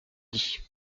dit